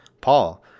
Paul